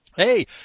Hey